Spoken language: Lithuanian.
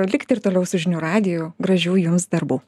likite ir toliau su žinių radiju gražių jums darbų